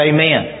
Amen